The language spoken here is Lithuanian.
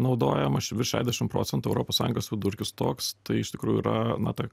naudojamasi virš šešiasdešim procentų europos sąjungos vidurkis toks tai iš tikrųjų yra na taip